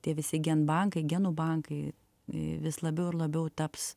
tie visi gen bankai genų bankai vis labiau ir labiau taps